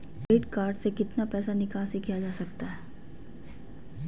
Credit card से कितना पैसा निकासी किया जा सकता है?